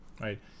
right